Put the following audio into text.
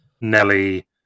Nelly